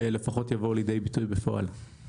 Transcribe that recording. שלפחות יבואו לידי ביטוי בפועל.